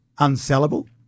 unsellable